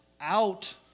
out